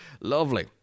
Lovely